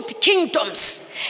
kingdoms